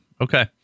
Okay